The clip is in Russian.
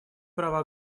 права